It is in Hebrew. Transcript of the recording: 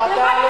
גם אתה לא,